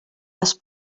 les